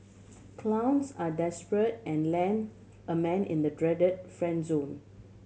clowns are desperate and land a man in the dreaded friend zone